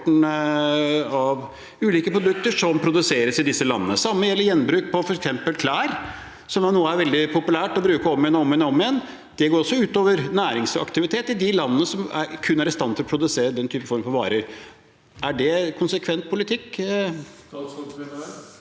av ulike produkter som produseres i disse landene. Det samme gjelder gjenbruk av f.eks. klær, som det nå er veldig populært å bruke om igjen og om igjen. Det går også ut over næringsaktivitet i de landene som kun er i stand til å produsere den typen varer. Er det konsekvent politikk?